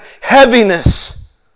heaviness